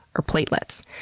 or platelets.